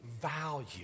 value